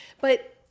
but-